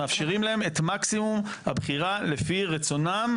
מאפשרים להם את מקסימום הבחירה לפי רצונם,